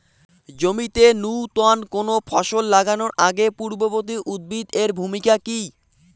জমিতে নুতন কোনো ফসল লাগানোর আগে পূর্ববর্তী উদ্ভিদ এর ভূমিকা কি?